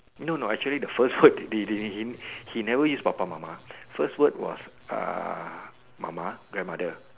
no no actually the first word the the he never use Papa mama first word was uh mama grandmother